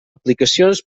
aplicacions